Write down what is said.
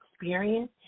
experience